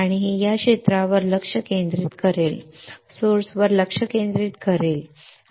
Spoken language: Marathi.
आणि हे या क्षेत्रावर लक्ष केंद्रित करेल स्त्रोतावर लक्ष केंद्रित करेल ठीक आहे